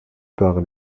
par